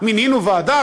מינינו ועדה,